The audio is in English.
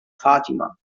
fatima